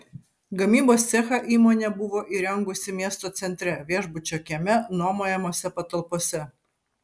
gamybos cechą įmonė buvo įrengusi miesto centre viešbučio kieme nuomojamose patalpose